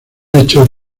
hechos